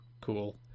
Cool